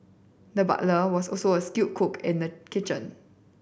the butler was also a skilled cook in the kitchen